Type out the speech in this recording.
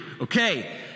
Okay